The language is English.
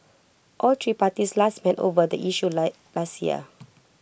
all three parties last met over the issue late last year